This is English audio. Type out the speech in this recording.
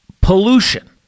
pollution